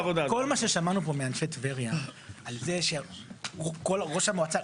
כל מה ששמענו פה מאנשי טבריה על זה שראש המועצה,